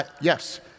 yes